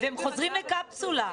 הם חוזרים לקפסולה.